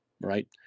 right